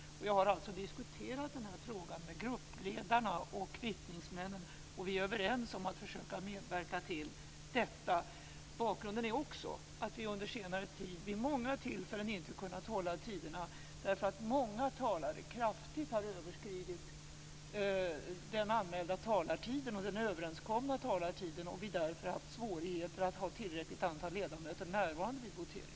Jag har diskuterat denna fråga med gruppledarna och kvittningsmännen, och vi är överens om att försöka samarbeta. Bakgrunden är också att vi under senare tid vid många tillfällen inte har kunnat hålla tiderna, eftersom många talare kraftigt har överskridit den anmälda och överenskomna talartiden och vi därför haft svårigheter att ha tillräckligt antal ledamöter närvarande vid voteringarna.